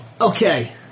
Okay